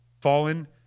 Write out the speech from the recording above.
Fallen